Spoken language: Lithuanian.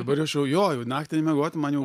dabar aš jau jo jau naktį nemiegoti man jau